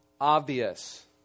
obvious